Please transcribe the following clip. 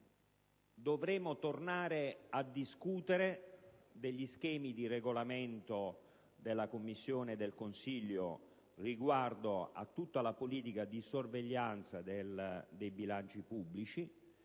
dovremo tornare a discutere degli schemi di regolamento della Commissione e del Consiglio riguardo a tutta la politica di sorveglianza dei bilanci pubblici